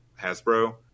Hasbro